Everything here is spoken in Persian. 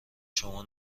شما